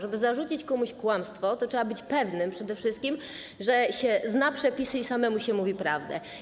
Żeby zarzucić komuś kłamstwo, to trzeba być przede wszystkim pewnym, że się zna przepisy i samemu się mówi prawdę.